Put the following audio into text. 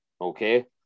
Okay